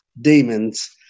demons